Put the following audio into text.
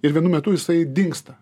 ir vienu metu jisai dingsta